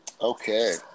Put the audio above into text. Okay